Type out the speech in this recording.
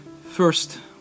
First